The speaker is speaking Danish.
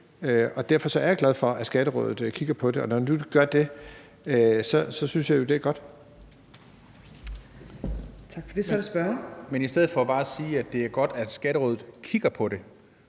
Derfor er jeg glad for, at Skatterådet kigger på det, og når nu de gør det, synes jeg jo, det er godt.